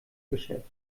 geschäft